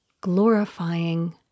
glorifying